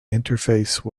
interface